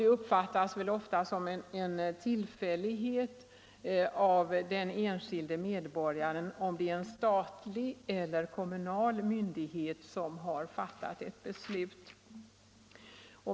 Det uppfattas ofta som en tillfällighet om det är en statlig eller kommunal myndighet som har fattat ett beslut.